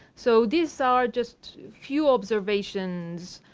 so, these ah are just few observations.